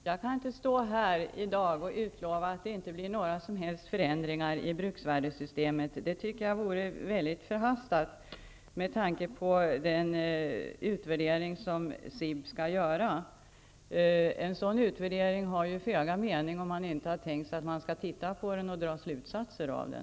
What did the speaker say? Fru talman! Jag kan inte här i dag utlova att det inte blir några som helst förändringar i bruksvärdessystemet. Det vore väldigt förhastat med tanke på den utvärdering som SIB skall göra. En utvärdering har föga mening om man inte tänkt sig att se på den och dra slutsatser av den.